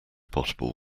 potable